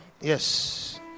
Yes